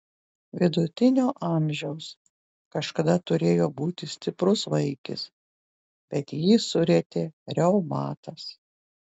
vidutinio amžiaus kažkada turėjo būti stiprus vaikis bet jį surietė reumatas